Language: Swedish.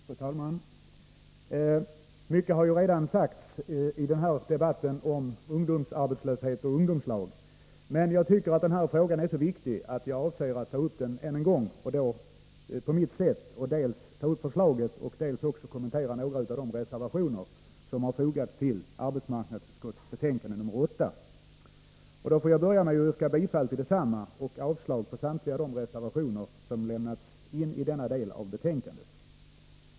Fru talman! Mycket har redan sagts i den här debatten om ungdomsarbetslöshet och ungdomslag, men jag tycker att den frågan är så viktig att jag ämnar ta upp den en gång till, på mitt sätt. Jag skall dels beröra förslaget, dels kommentera några av de reservationer som fogats till arbetsmarknadsutskottets betänkande nr 8. Låt mig börja med att yrka bifall till utskottets hemställan, vilket innebär avslag på samtliga reservationer i denna del av betänkandet.